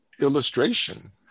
illustration